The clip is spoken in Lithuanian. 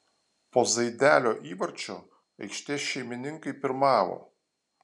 po zaidelio įvarčio aikštės šeimininkai pirmavo